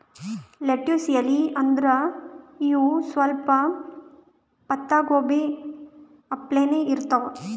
lettuce ಎಲಿ ಅಂದ್ರ ಇವ್ ಸ್ವಲ್ಪ್ ಪತ್ತಾಗೋಬಿ ಅಪ್ಲೆನೇ ಇರ್ತವ್